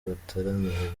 bataramiye